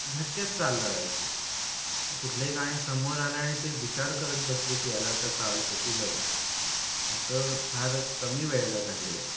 झटक्यात चाल लावायची कुठलंही गाणं समोर आलं आणि ते विचार करत बसले की याला आता चाल कशी लावू असं फार कमी वेळेला झालेलं आहे